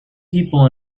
people